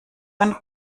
ein